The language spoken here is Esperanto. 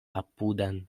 apudan